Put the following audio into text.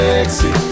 Sexy